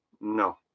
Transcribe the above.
No